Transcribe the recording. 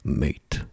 mate